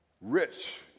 rich